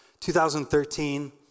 2013